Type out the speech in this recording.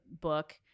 book